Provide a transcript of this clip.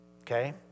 okay